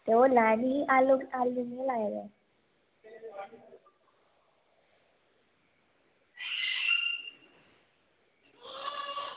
ओह् लैनी ही आलू कियां ला दे